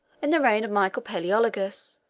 in the reign of michael palaeologus,